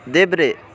देब्रे